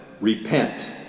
repent